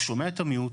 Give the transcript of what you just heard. הוא שומע את המיעוט,